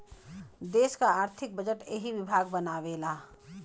देस क आर्थिक बजट एही विभाग बनावेला